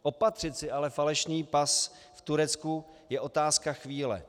Opatřit si ale falešný pas v Turecku je otázka chvíle.